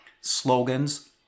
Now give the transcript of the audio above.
slogans